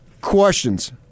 questions